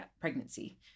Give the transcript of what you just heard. pregnancy